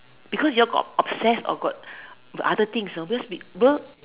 because you all got obsessed or got other things because because